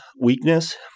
weakness